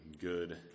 good